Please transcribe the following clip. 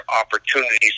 opportunities